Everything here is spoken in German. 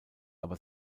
aber